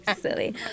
Silly